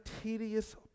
tedious